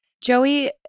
Joey